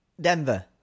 Denver